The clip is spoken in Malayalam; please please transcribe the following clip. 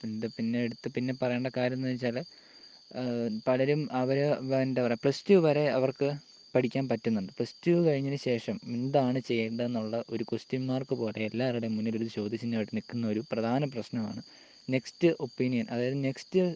പിന്നെ എടുത്ത് പിന്നെ പറയേണ്ട കാര്യം എന്ന് വെച്ചാൽ പലരും അവർ എന്താ പറയുക പ്ലസ് ടു വരെ അവർക്ക് പഠിക്കാൻ പറ്റുന്നുണ്ട് പ്ലസ് ടു കഴിഞ്ഞതിന് ശേഷം എന്താണ് ചെയ്യേണ്ടത് എന്നുള്ള ഒരു കോസ്റ്റിയൻ മാർക്ക് പോലെ എല്ലാവരുടെയും മുന്നിൽ ഒരു ചോദ്യചിഹ്നം ആയിട്ട് നിൽക്കുന്ന ഒരു പ്രധാന പ്രശ്നമാണ് നെക്സ്റ്റ് ഒപ്പീനിയൻ അതായത് നെക്സ്റ്റ്